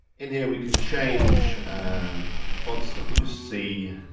in here we can change um the fonts. let me just see,